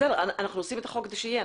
אנחנו עושים את החוק הזה שיהיה.